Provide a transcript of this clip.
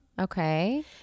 okay